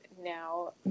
now